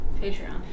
patreon